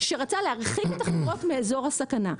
שרצה להרחיק את החברות מאזור הסכנה,